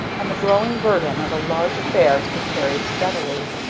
and the growing burden of a large affair to be carried steadily.